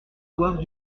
square